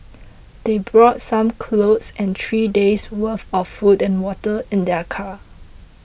they brought some clothes and three days' worth of food and water in their car